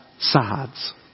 sides